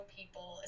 people